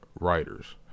writers